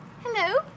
Hello